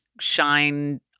shine